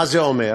מה זה אומר?